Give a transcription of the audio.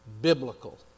biblical